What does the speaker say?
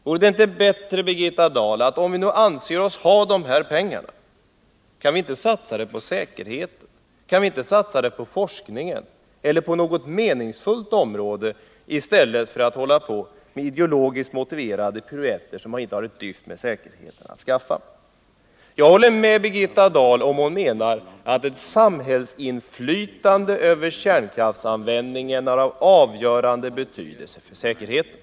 Vore det inte bättre, Birgitta Dahl, att vi, om vi nu anser oss ha dessa pengar, satsar dem på säkerheten, forskningen eller på något annat meningsfullt område i stället för att ägna oss åt ideologiskt motiverade piruetter, som inte har ett dyft med säkerheten att skaffa? Jag håller med Birgitta Dahl om hon menade att ett samhällsinflytande över kärnkraftsanvändningen är av avgörande betydelse för säkerheten.